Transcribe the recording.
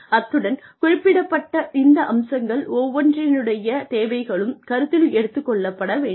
அத்துடன் குறிப்பிடப்பட்ட இந்த அம்சங்கள் ஒவ்வொன்றினுடைய தேவைகளும் கருத்தில் எடுத்துக் கொள்ளப்பட வேண்டும்